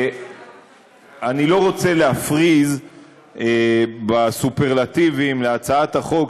אני לא רוצה להפריז בסופרלטיבים להצעת החוק,